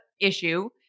issue